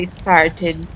started